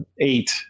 eight